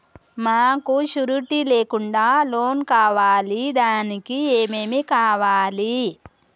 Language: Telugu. మాకు షూరిటీ లేకుండా లోన్ కావాలి దానికి ఏమేమి కావాలి?